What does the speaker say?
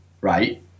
right